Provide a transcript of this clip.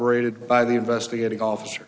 rated by the investigating officer